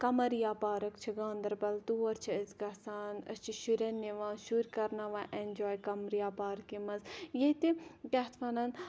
Qamariya park چھِ گاندَربَل تور چھِ أسۍ گَژھان أسۍ چھِ شُرٮ۪ن نِوان شُرۍ کَرناوان اٮ۪نجاے قَمرِیا پارکہِ مَنٛز ییٚتہِ کیاہ اَتھ وَنان